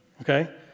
Okay